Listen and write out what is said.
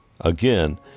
again